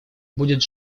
будет